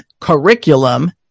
curriculum